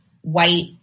white